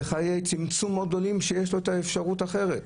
בחיי צמצום מאוד גדולים כשיש לו אפשרות אחרת.